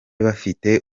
bafite